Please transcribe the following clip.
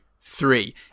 three